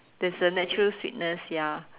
there's a natural sweetness ya